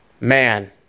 man